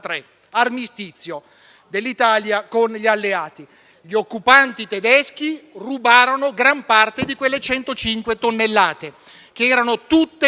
dell'armistizio dell'Italia con gli Alleati. Gli occupanti tedeschi rubarono gran parte di quelle 105 tonnellate che erano tutte